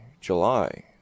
July